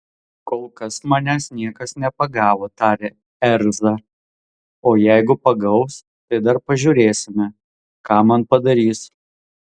kol kas manęs niekas nepagavo tarė ezra o jeigu pagaus tai dar pažiūrėsime ką man padarys